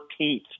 14th